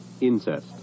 Incest